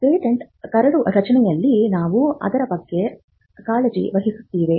patent ಕರಡು ರಚನೆಯಲ್ಲಿ ನಾವು ಅದರ ಬಗ್ಗೆ ಕಾಳಜಿ ವಹಿಸುತ್ತೇವೆ